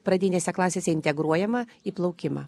pradinėse klasėse integruojama į plaukimą